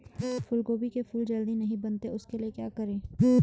फूलगोभी के फूल जल्दी नहीं बनते उसके लिए क्या करें?